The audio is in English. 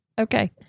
Okay